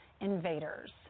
invaders